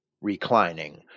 Reclining